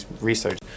research